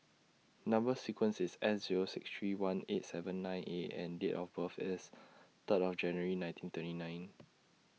Number sequence IS S Zero six three one eight seven nine A and Date of birth IS Third of January nineteen twenty nine